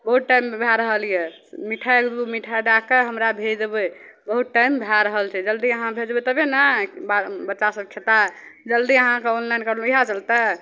बहुत टाइम भै रहल यऽ मिठाइ एगो दुइ गो मिठाइ दैके हमरा भेज देबै बहुत टाइम भै रहल छै जल्दी अहाँ भेजबै तभिए ने बाल बच्चासभ खएतै जल्दी अहाँके ऑनलाइन करलहुँ इएह चलिते